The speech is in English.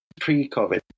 pre-COVID